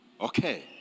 Okay